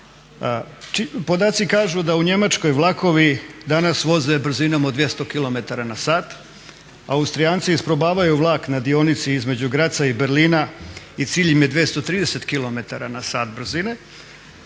Podaci kažu da u Njemačkoj vlakovi danas voze brzinom od 200 km na sat, Austrijanci isprobavaju vlak na dionici između Graza i Berlina i cilj im je 230 km na sat brzine.